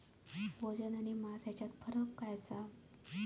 वजन आणि मास हेच्यात फरक काय आसा?